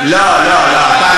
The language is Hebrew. לא, לא.